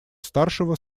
старшего